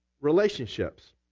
relationships